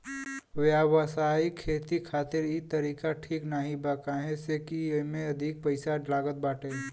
व्यावसायिक खेती खातिर इ तरीका ठीक नाही बा काहे से की एमे अधिका पईसा लागत बाटे